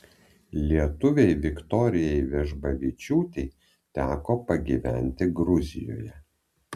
lietuvei viktorijai vežbavičiūtei teko pagyventi gruzijoje